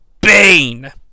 Bane